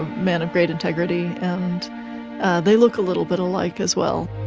man of great integrity, and they look a little bit alike as well.